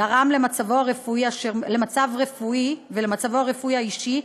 גרם למצבו הרפואי האישי,